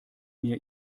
mir